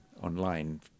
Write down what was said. online